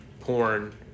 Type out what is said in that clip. porn